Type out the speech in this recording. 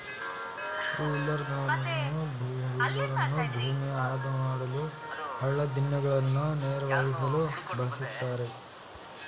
ರೋಲರನ್ನು ಭೂಮಿಯ ಆದ ಮಾಡಲು, ಹಳ್ಳ ದಿಣ್ಣೆಗಳನ್ನು ನೇರವಾಗಿಸಲು ಬಳ್ಸತ್ತರೆ